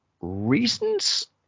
reasons